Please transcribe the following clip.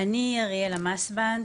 אני אריאלה מסבנד,